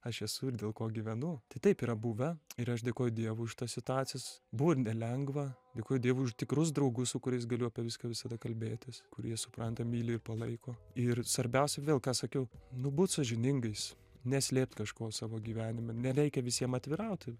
aš esu ir dėl ko gyvenu tai taip yra buvę ir aš dėkoju dievui už tas situacijas buvo nelengva dėkoju dievui už tikrus draugus su kuriais galiu apie viską visada kalbėtis kurie supranta myli ir palaiko ir svarbiausia vėl ką sakiau nu būt sąžiningais neslėpt kažko savo gyvenime nereikia visiem atvirauti